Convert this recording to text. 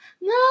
No